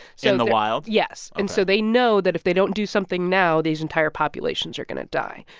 so. in the wild. yes. and so they know that if they don't do something now, these entire populations are going to die.